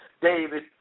David